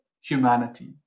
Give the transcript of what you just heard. humanity